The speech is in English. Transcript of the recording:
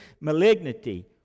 malignity